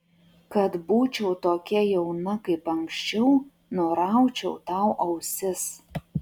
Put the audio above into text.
kad būčiau tokia jauna kaip anksčiau nuraučiau tau ausis